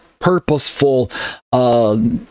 purposeful